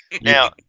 Now